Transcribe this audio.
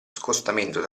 scostamento